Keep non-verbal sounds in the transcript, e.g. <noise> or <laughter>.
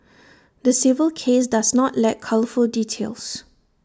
<noise> the civil case does not lack colourful details